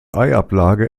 eiablage